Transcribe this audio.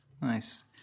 nice